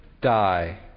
die